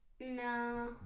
No